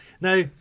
now